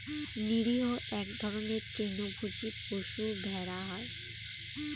নিরীহ এক ধরনের তৃণভোজী পশু ভেড়া হয়